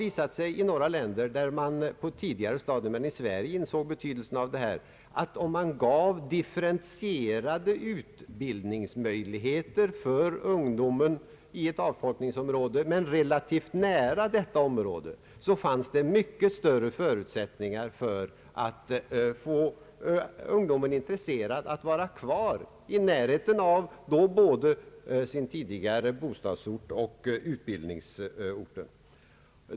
I några länder där man på ett tidigare stadium än i Sve rige insåg denna frågas betydelse visade det sig att man med differentierade utbildningsmöjligheter för ungdomen i ett avfolkningsområde kunde skapa mycket större förutsättningar för att få ungdomen intresserad av att vara kvar i närheten av den tidigare bostadsorten eller utbildningsorten.